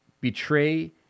betray